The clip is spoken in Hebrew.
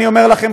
אני אומר לכם,